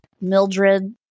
Mildred